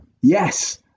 yes